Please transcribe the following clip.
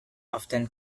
often